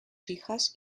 hijas